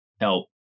help